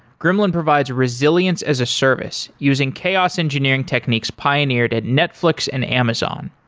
gremlin provides resilience as a service using chaos engineering techniques pioneered at netflix and amazon.